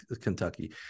Kentucky